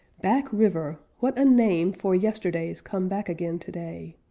back river! what a name for yesterdays come back again today,